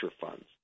funds